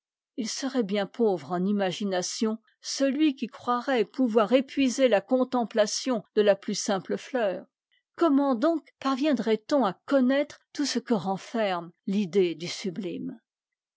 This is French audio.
il serait bien pauvre en imagination celui qui croirait pouvoir épuiser la contemplation de la plus simple fleur comment donc parviendrait on à connaître tout ce que renferme l'idée du sublime